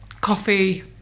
coffee